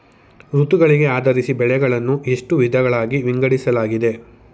ಋತುಗಳಿಗೆ ಆಧರಿಸಿ ಬೆಳೆಗಳನ್ನು ಎಷ್ಟು ವಿಧಗಳಾಗಿ ವಿಂಗಡಿಸಲಾಗಿದೆ?